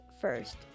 first